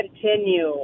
continue